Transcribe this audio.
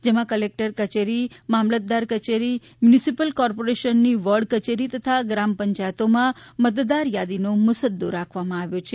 જેમાં ક્લેક્ટર કચેરી મામલતદારની કચેરી મ્યુનિસિપલ કોર્પોરેશનની વોર્ડ કચેરી તથા ગ્રામ પંચાયતોમાં મતદાર થાદીનો મુસદ્દો રાખવામાં આવ્યો છે